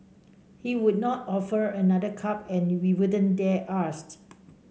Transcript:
he would not offer another cup and we wouldn't dare ask